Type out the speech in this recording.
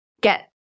get